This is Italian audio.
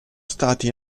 stati